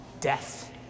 death